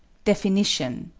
definition,